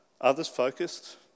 others-focused